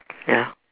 ya